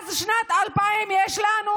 מאז שנת 2000 יש לנו